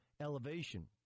Elevation